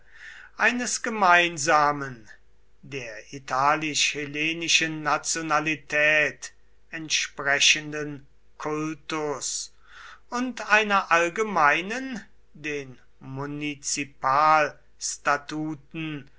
eines gemeinsamen der italisch hellenischen nationalität entsprechenden kultus und einer allgemeinen den